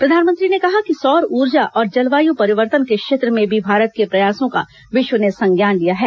प्रधानमंत्री ने कहा कि सौर ऊर्जा और जलवायू परिवर्तन के क्षेत्र में भी भारत के प्रयासों का विश्व ने संज्ञान लिया है